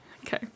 Okay